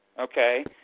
Okay